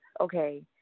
okay